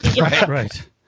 right